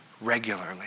regularly